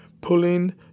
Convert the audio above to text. pulling